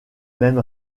même